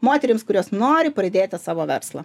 moterims kurios nori pradėti savo verslą